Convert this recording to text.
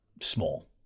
Small